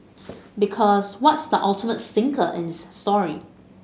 because what's the ultimate stinker in its story